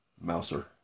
mouser